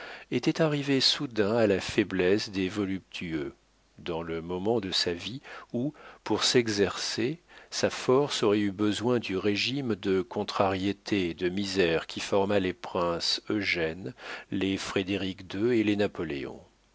était arrivé soudain à la faiblesse des voluptueux dans le moment de sa vie où pour s'exercer sa force aurait eu besoin du régime de contrariétés et de misères qui forma les prince eugène les frédéric ii et les napoléon